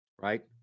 Right